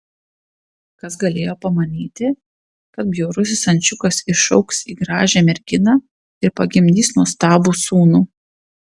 kas galėjo pamanyti kad bjaurusis ančiukas išaugs į gražią merginą ir pagimdys nuostabų sūnų